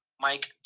Mike